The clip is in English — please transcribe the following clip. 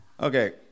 Okay